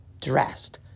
dressed